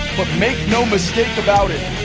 but make no mistake about it,